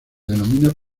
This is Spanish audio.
denominó